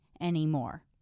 anymore